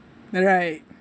alright